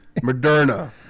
Moderna